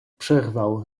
przerwał